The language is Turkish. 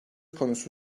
konusu